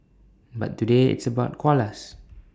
but today it's about koalas